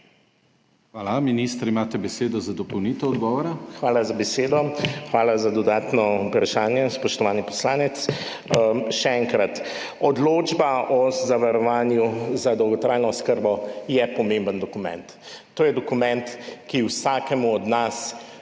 (minister za solidarno prihodnost):** Hvala za besedo. Hvala za dodatno vprašanje, spoštovani poslanec. Še enkrat. Odločba o zavarovanju za dolgotrajno oskrbo je pomemben dokument. To je dokument, ki vsakemu od nas